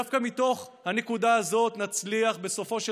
דווקא מתוך הנקודה הזאת נצליח בסופו של